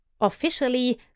Officially